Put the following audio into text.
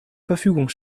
verfügung